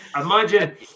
Imagine